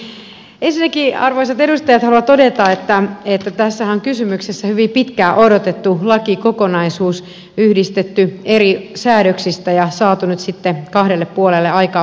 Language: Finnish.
ensinnäkin arvoisat edustajat haluan todeta että tässähän on kysymyksessä hyvin pitkään odotettu lakikokonaisuus yhdistetty eri säädöksistä ja saatu nyt sitten kahdelle puolelle aikaan muutoksia